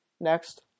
next